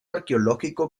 arqueológico